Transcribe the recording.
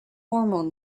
hormone